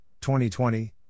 2020